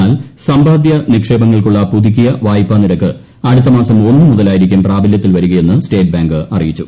എന്നാൽ സമ്പാദ്യ നിക്ഷേപങ്ങൾക്കുള്ള പുതുക്കിയ വായ്പാ നിരക്ക് അടുത്ത മാസം ഒന്ന് മുതലായിരിക്കും പ്രാബല്യത്തിൽ വരികയെന്ന് സ്റ്റേറ്റ് ബാങ്ക് അറിയിച്ചു